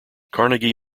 carnegie